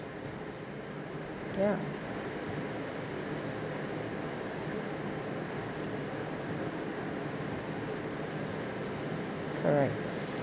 ya correct